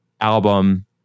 album